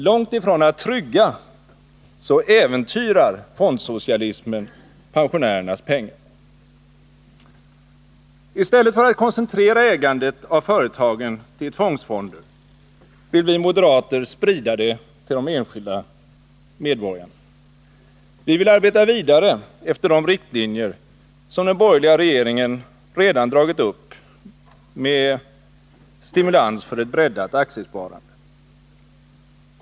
Långt ifrån att trygga äventyrar fondsocialismen pensionärernas pengar. I stället för att koncentrera ägandet av företagen till tvångsfonder vill vi moderater sprida det till de enskilda medborgarna. Vi vill arbeta vidare efter de riktlinjer som den borgerliga regeringen redan dragit upp med stimulans för ett breddat aktiesparande.